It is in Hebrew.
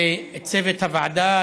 וצוות הוועדה,